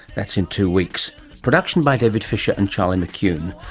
that's in two weeks. production by david fisher and charlie mccune.